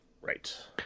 right